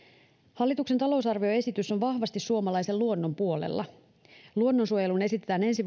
hallituksen talousarvioesitys on vahvasti suomalaisen luonnon puolella luonnonsuojeluun esitetään ensi